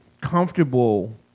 comfortable